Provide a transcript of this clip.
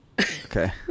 Okay